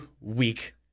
week